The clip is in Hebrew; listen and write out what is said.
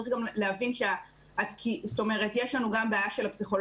צריך גם להבין שיש לנו גם בעיה של הפסיכולוגים,